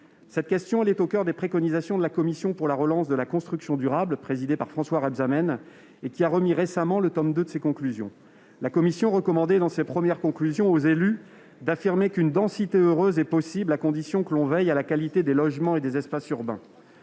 Cette question est au coeur des préconisations de la commission pour la relance durable de la construction de logements, présidée par François Rebsamen et qui a remis récemment le tome II de ses conclusions. La commission, dans ses premières conclusions, recommandait aux élus d'affirmer qu'une densité heureuse était possible, à condition de veiller à la qualité des logements et des espaces urbains.